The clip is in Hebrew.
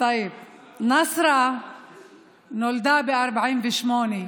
נאסרה נולדה ב-48'